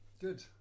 Good